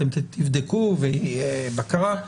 אתם תבדקו ותהיה בקרה.